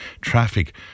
traffic